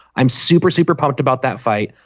i'm super super pumped about that fight.